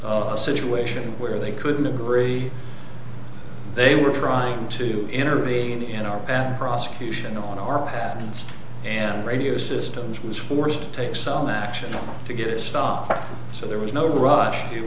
a situation where they couldn't agree they were trying to intervene in our prosecution on our happens and radio systems was forced to take some action to get stuff so there was no rush it